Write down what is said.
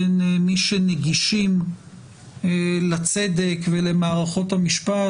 בין מי שנגישים לצדק ולמערכות המשפט,